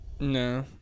No